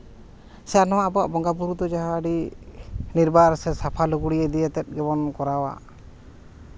ᱥᱮ ᱱᱚᱣᱟ ᱟᱵᱚᱣᱟᱜ ᱵᱚᱸᱜᱟᱼᱵᱩᱨᱩ ᱫᱚ ᱟᱹᱰᱤ ᱱᱤᱨᱵᱟᱨ ᱥᱮ ᱥᱟᱯᱷᱟ ᱞᱩᱜᱽᱲᱤᱡ ᱤᱫᱤ ᱠᱟᱛᱮᱫ ᱜᱮᱵᱚᱱ ᱠᱚᱨᱟᱣᱟ